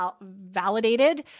validated